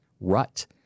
rut